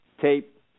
tape